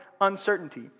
uncertainty